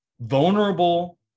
vulnerable